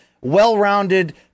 well-rounded